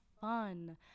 fun